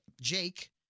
Jake